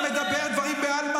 מה קורה עם תל-אביבים?